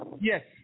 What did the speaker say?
Yes